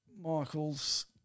michael's